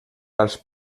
als